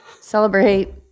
Celebrate